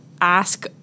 ask